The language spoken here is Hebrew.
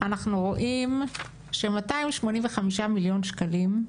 אנחנו רואים ש-285 מיליון שקלים,